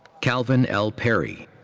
calvin l. perry.